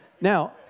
Now